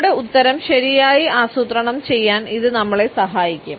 നമ്മുടെ ഉത്തരം ശരിയായി ആസൂത്രണം ചെയ്യാൻ ഇത് നമ്മളെ സഹായിക്കും